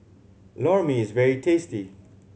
Lor Mee is very tasty